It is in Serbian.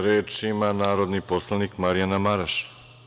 Reč ima narodni poslanik Marjana Maraš.